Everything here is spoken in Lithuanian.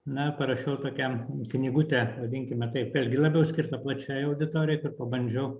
na parašiau tokią knygutę vadinkime taip irgi labiau skirtą plačiai auditorijai pabandžiau